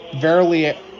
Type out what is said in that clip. Verily